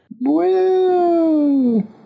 Woo